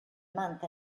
month